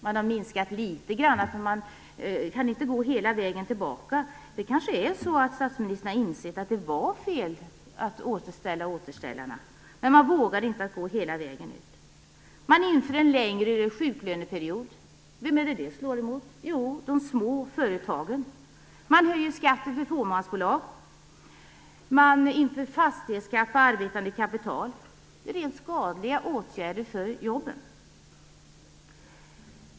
Man har minskat litet grand, men man kan inte gå hela vägen tillbaka. Statsministern har kanske insett att det kanske var fel att återställa återställarna. Men man vågade inte att gå hela vägen ut. Man inför en längre sjuklöneperiod. Vem slår det mot? Jo, de små företagen. Man höjer skatten för fåmansbolag och inför fastighetsskatt på arbetande kapital. Det är skadliga åtgärder för jobben.